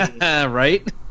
Right